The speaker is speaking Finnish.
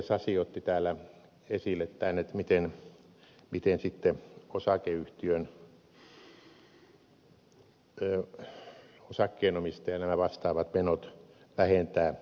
sasi otti täällä esille tämän miten sitten osakeyhtiön osakkeenomistaja nämä vastaavat menot vähentää